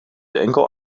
enkel